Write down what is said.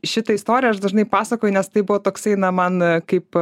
šitą istoriją aš dažnai pasakoju nes tai buvo toksai na man kaip